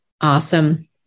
Awesome